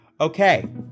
Okay